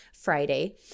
Friday